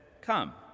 come